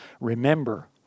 Remember